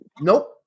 Nope